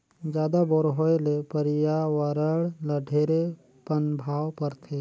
जादा बोर होए ले परियावरण ल ढेरे पनभाव परथे